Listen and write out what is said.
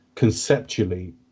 conceptually